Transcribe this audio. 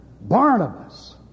Barnabas